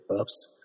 ups